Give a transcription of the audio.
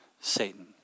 Satan